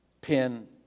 pin